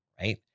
right